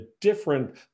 different